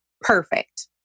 perfect